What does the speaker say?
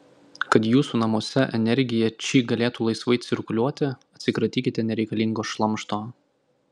kad jūsų namuose energija či galėtų laisvai cirkuliuoti atsikratykite nereikalingo šlamšto